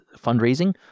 fundraising